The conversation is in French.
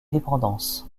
dépendances